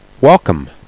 Welcome